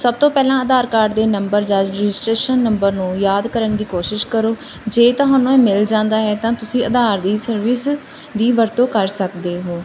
ਸਭ ਤੋਂ ਪਹਿਲਾਂ ਆਧਾਰ ਕਾਰਡ ਦੇ ਨੰਬਰ ਜਾਂ ਰਜਿਸਟਰੇਸ਼ਨ ਨੰਬਰ ਨੂੰ ਯਾਦ ਕਰਨ ਦੀ ਕੋਸ਼ਿਸ਼ ਕਰੋ ਜੇ ਤੁਹਾਨੂੰ ਇਹ ਮਿਲ ਜਾਂਦਾ ਹੈ ਤਾਂ ਤੁਸੀਂ ਆਧਾਰ ਦੀ ਸਰਵਿਸ ਦੀ ਵਰਤੋਂ ਕਰ ਸਕਦੇ ਹੋ